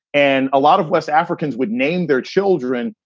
and a lot of west africans would name their children.